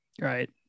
Right